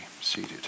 seated